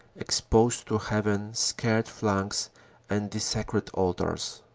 expose to heaven scarred flanks and desecrated altars.